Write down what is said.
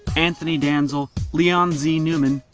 anthony danzl, leon z newman,